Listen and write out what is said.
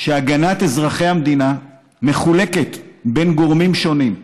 שהגנת אזרחי המדינה מחולקת בין גורמים שונים.